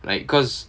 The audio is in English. like because